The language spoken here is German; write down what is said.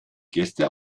gäste